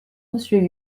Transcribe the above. monsieur